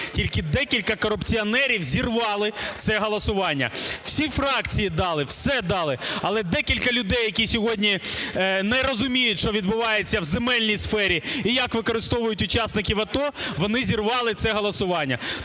тільки декілька корупціонерів зірвали це голосування. Всі фракції дали, все дали, але декілька людей, які сьогодні не розуміють, що відбувається в земельній сфері, і як використовують учасників АТО, вони зірвали це голосування.